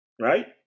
right